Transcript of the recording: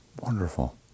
Wonderful